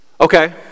Okay